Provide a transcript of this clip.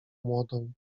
młodą